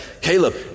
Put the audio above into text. Caleb